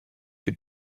your